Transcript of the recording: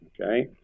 Okay